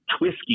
whiskey